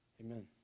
Amen